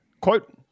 Quote